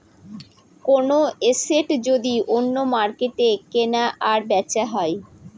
কোনো এসেট যদি অন্য মার্কেটে কেনা আর বেচা হয়